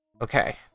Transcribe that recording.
okay